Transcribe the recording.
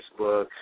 Facebook